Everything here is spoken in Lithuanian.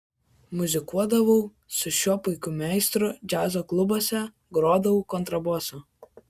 muzikuodavau su šiuo puikiu meistru džiazo klubuose grodavau kontrabosu